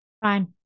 Fine